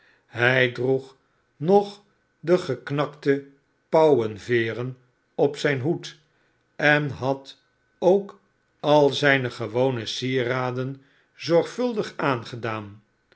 hij droeg nog de geknakte pauwen veeren op zijn hoed en had ook al zijne gewone sieraden zorgvuldig aangedaan